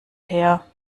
her